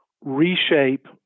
reshape